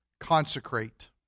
consecrate